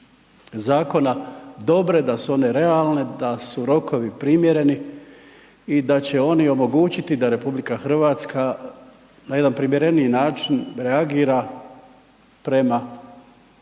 zakona dobre, da su one realne, da su rokovi primjereni i da će oni omogućiti da RH na jedan primjereniji način reagira prema